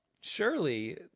Surely